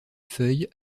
feuilles